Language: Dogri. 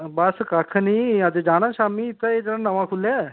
बस कक्ख नी अज्ज जाना शामी उत्थे एह् जेह्ड़ा नमां खुल्लेआ ऐ